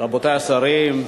רבותי השרים,